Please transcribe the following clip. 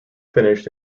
finished